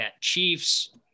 Chiefs